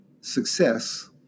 success